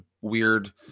weird